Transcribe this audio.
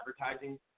advertising